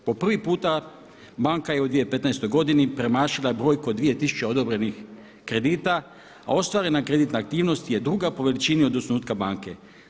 Po prvi puta banka je u 2015. premašila brojku od 2000 odobrenih kredita a ostvarena kreditna aktivnost je druga po veličini od osnutka banke.